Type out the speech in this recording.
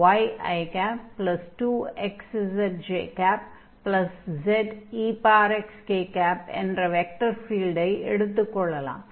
yi2xzjzexk என்ற vector ஃபீல்டை எடுத்துக் கொள்ளலாம்